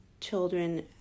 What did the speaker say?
children